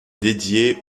dédiée